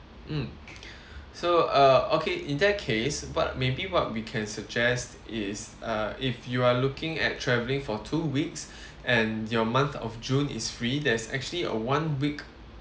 mm so uh okay in that case but maybe what we can suggest is uh if you are looking at travelling for two weeks and your month of june is free there's actually a one week